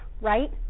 Right